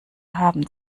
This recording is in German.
haben